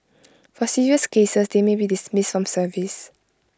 for serious cases they may be dismissed from service